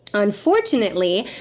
unfortunately,